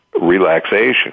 relaxation